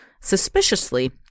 Suspiciously